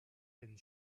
and